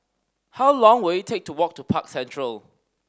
how long will it take to walk to Park Central